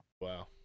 Wow